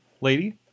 lady